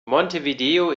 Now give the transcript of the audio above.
montevideo